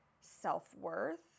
self-worth